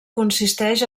consisteix